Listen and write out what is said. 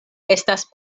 estas